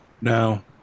Now